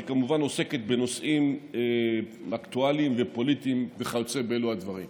שהיא כמובן עוסקת בנושאים אקטואליים ופוליטיים וכיוצא בדברים אלה.